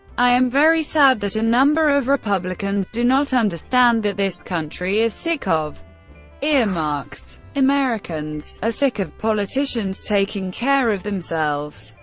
i am very sad that a number of republicans do not understand that this country is sick ah of earmarks. are ah sick of politicians taking care of themselves.